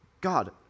God